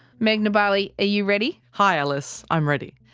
meghna bali, are you ready? hi alice, i'm ready.